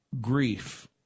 grief